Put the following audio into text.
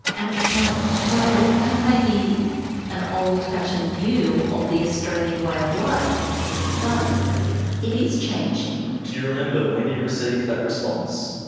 and it was, like, well, that may be an old fashioned view of the australian way of life but it is changing. do you remember when you received that response?